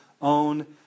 own